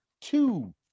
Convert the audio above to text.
two